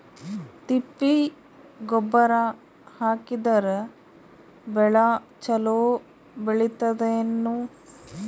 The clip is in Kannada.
ತಿಪ್ಪಿ ಗೊಬ್ಬರ ಹಾಕಿದರ ಬೆಳ ಚಲೋ ಬೆಳಿತದೇನು?